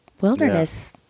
wilderness